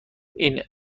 این